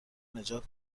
نجات